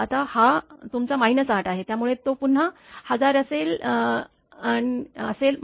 आता हा तुमचा 8 आहे त्यामुळे तो पुन्हा 1000 असेल 1